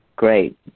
Great